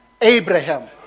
Abraham